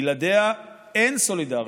בלעדיה אין סולידריות,